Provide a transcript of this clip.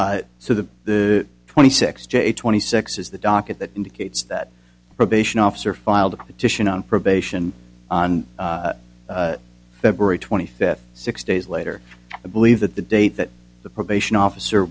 not so the the twenty six to twenty six is the docket that indicates that the probation officer filed a petition on probation on february twenty fifth six days later i believe that the date that the probation officer